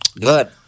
good